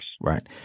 Right